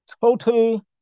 total